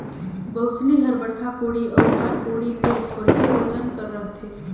बउसली हर बड़खा कोड़ी अउ नान कोड़ी ले थोरहे ओजन कर रहथे